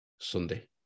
Sunday